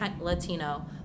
Latino